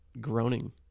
groaning